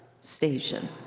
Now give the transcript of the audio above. station